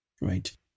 right